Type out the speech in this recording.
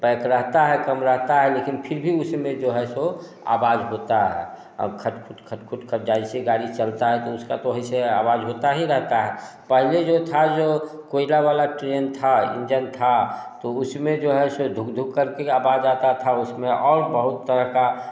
pack रहता है कम रहता है लेकिन फिर भी उसमें जो है सो आवाज होता है और खट खुट खट खुट खट जैसे गाड़ी चलता है तो उसका तो ऐसे आवाज होता ही रहता है पहले जो था जो कोयला वाला ट्रेन था इंजन था तो उसमें जो है सो धुक धुक करके आवाज आता था उसमें और बहुत तरह का